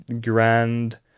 grand